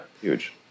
huge